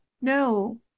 no